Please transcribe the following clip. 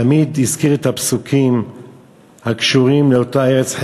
תמיד הזכיר את הפסוקים הקשורים לאותה ארץ,